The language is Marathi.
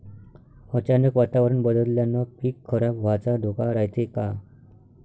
अचानक वातावरण बदलल्यानं पीक खराब व्हाचा धोका रायते का?